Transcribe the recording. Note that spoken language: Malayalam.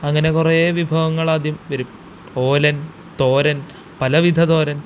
അങ്ങനെ കുറേ വിഭവങ്ങളാദ്യം വരും ഓലന് തോരന് പലവിധ തോരന്